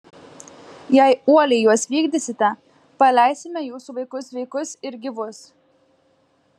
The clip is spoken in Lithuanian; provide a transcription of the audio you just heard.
jei uoliai juos vykdysite paleisime jūsų vaikus sveikus ir gyvus